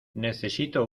necesito